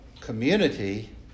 Community